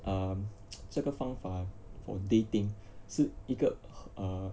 um 这个方法 for dating 是一个